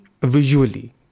visually